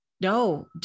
No